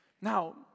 Now